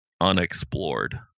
unexplored